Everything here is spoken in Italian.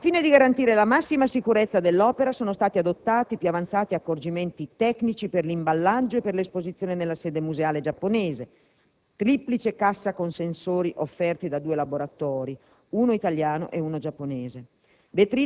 Al fine di garantire la massima sicurezza dell'opera sono stati adottati i più avanzati accorgimenti tecnici per l'imballaggio e per l'esposizione nella sede museale giapponese: triplice cassa con sensori offerti da due laboratori, uno italiano ed uno giapponese;